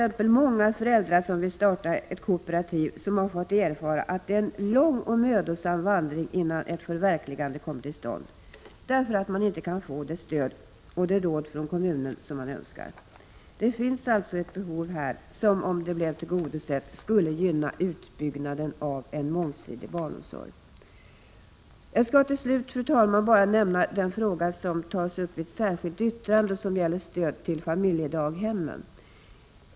Många föräldrar som vill starta ett kooperativ har fått erfara att det är en lång och mödosam vandring innan ett förverkligande kommer till stånd, därför att man inte kan få det stöd och de råd från kommunen som man önskar. Det finns alltså ett behov här som, om det blev tillgodosett, skulle gynna utbyggnaden av en mångsidig barnomsorg. Jag skall till slut, fru talman, bara nämna den fråga som tas upp i ett särskilt yttrande och som gäller stöd till familjedaghemmen.